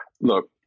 Look